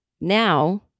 now